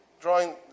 Drawing